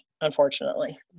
Unfortunately